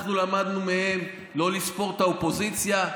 אנחנו למדנו מהם לא לספור את האופוזיציה.